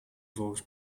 volgens